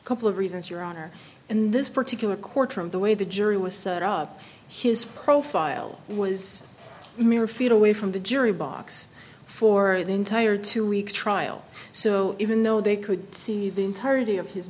a couple of reasons your honor in this particular courtroom the way the jury was set up his profile was mere feet away from the jury box for the entire two weeks trial so even though they could see the entirety of his